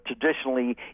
traditionally